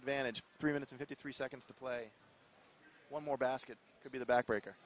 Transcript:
managed three minutes fifty three seconds to play one more basket could be the back breaker